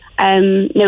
No